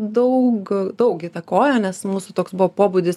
daug daug įtakojo nes mūsų toks buvo pobūdis